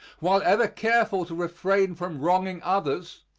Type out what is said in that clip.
while ever careful to refrain from wronging others,